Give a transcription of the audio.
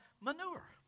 manure